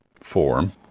form